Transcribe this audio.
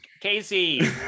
casey